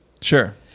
sure